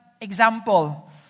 example